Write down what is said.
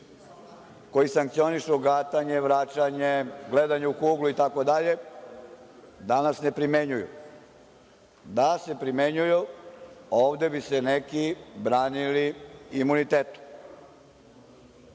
koji sankcionišu gatanje, vraćanje, gledanje u kuglu itd. danas ne primenjuju, da se primenjuju ovde bi se neki branili imunitetom.